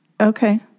Okay